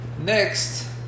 next